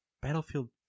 Battlefield